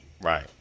Right